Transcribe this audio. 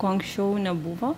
ko anksčiau nebuvo